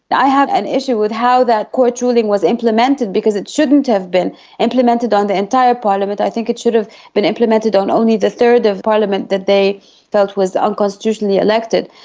and i have an issue with how that court ruling was implemented because it shouldn't have been implemented on the entire parliament i think it should have been implemented on only the third of parliament that they felt was unconstitutionally elected.